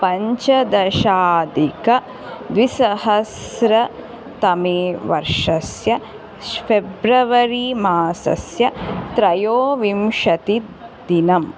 पञ्चदशाधिकद्विसहस्रतमे वर्षस्य फ़ेब्रवरिमासस्य त्रयोविंशतिदिनम्